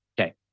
Okay